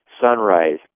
sunrise